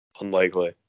Unlikely